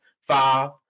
Five